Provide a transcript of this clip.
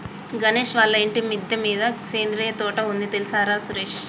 గణేష్ వాళ్ళ ఇంటి మిద్దె మీద సేంద్రియ తోట ఉంది తెల్సార సురేష్